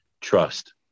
trust